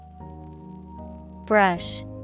Brush